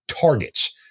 targets